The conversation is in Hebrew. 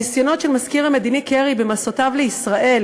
הניסיונות של מזכיר המדינה קרי במסעותיו לישראל